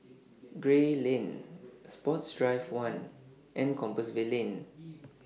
Gray Lane Sports Drive one and Compassvale Lane